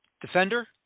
defender